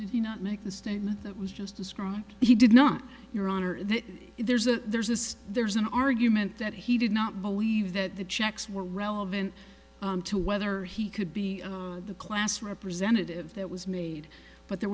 you not make the statement that was just described he did not your honor that there's a there's this there's an argument that he did not believe that the checks were relevant to whether he could be the class representative that was made but there